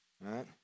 right